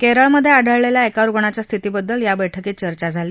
केरळमध्ये आढळलेल्या एका रुग्णाच्या स्थितीबद्दल या बैठकीत चर्चा झाली